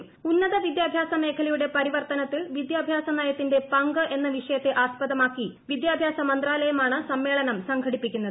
ഉന്നത വിദ്യാഭ്യാസമേഖലയുടെ പരിവർത്തനത്തിൽ വിദ്യാഭ്യാസനയത്തിന്റെ പങ്ക് എന്ന വിഷയത്തെ ആസ്പദമാക്കി വിദ്യാഭ്യാസ മന്ത്രാലയമാണ് സമ്മേളനം സംഘടിപ്പിക്കുന്നത്